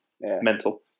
Mental